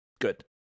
good